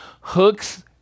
Hook's